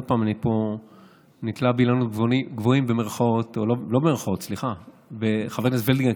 אני נתלה באילנות גבוהים, בחברת הכנסת וולדיגר.